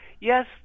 yes